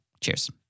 Cheers